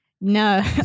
No